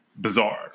bizarre